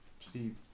Steve